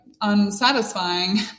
unsatisfying